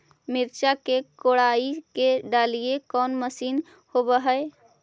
मिरचा के कोड़ई के डालीय कोन मशीन होबहय?